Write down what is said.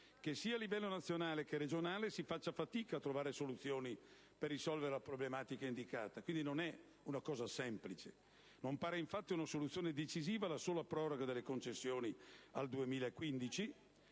che a livello sia nazionale che regionale si faccia fatica a trovare soluzioni per risolvere la problematica indicata: quindi non è una cosa semplice. Non pare infatti una soluzione decisiva la sola proroga delle concessioni al 2015;